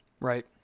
Right